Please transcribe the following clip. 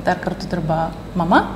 dar kartu dirba mama